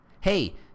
Hey